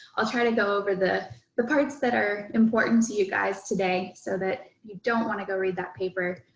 i'll try to go over the the parts that are important to you guys today so that ifyou don't want to go read that paper